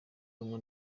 rumwe